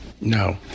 No